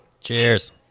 Cheers